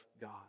God